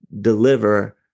deliver